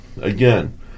Again